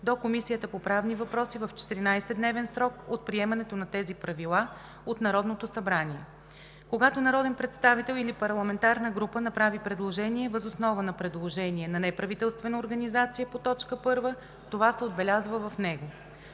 до Комисията по правни въпроси, в 14-дневен срок от приемането на тези правила от Народното събрание. Когато народен представител или парламентарна група направи предложение въз основа на предложение на неправителствена организация по т. 1, това се отбелязва в него.